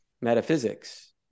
metaphysics